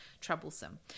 troublesome